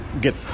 get